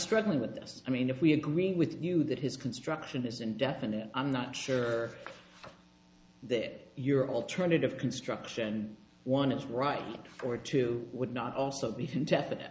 struggling with this i mean if we agree with you that his construction is indefinite i'm not sure that your alternative construction one is right for two would not also be contested